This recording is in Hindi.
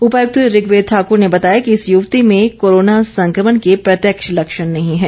उपायुक्त ऋग्वेद ठाकुर ने बताया कि इस यूवति में कोरोना संकमण के प्रत्यक्ष लक्षण नहीं है